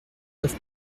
neuf